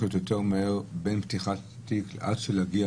ללכת יותר מהר בין פתיחת תיק עד שיגיע